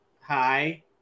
hi